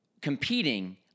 competing